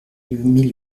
mille